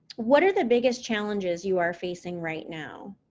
what are the biggest challenges you are facing right now